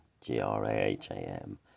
G-R-A-H-A-M